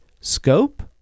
scope